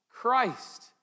Christ